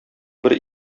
бер